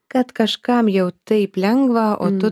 kad kažkam jau taip lengva o tu